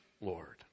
Lord